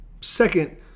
Second